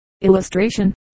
Illustration